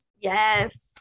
yes